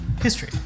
history